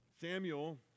Samuel